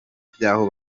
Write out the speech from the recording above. by’aho